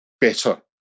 better